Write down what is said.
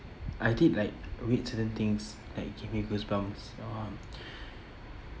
I did like read certain things that it gave me goosebumps um